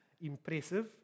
impressive